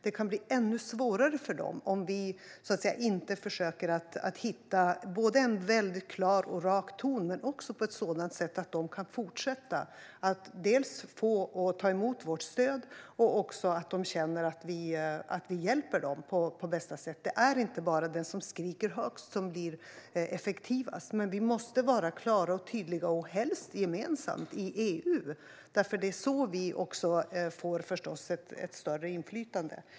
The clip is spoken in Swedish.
Det kan bli ännu svårare för dem om vi inte försöker hitta en klar och rak ton och gör det på ett sätt att de dels kan fortsätta få ta emot vårt stöd, dels känna att vi hjälper dem på bästa sätt. Det är inte bara den som skriker högst som blir effektivast. Men vi måste vara klara och tydliga och helst vara det gemensamt inom EU. Det är nämligen så vi får ett större inflytande.